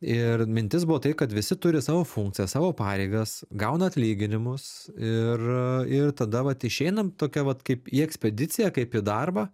ir mintis buvo tai kad visi turi savo funkciją savo pareigas gauna atlyginimus ir ir tada vat išeinam tokia vat kaip į ekspediciją kaip į darbą